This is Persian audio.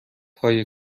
های